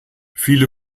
viele